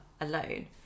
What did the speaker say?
alone